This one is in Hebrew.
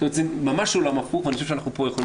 זה ממש עולם הפוך ואני חושב שאנחנו בעניין הזה יכולים